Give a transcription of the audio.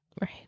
Right